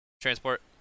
transport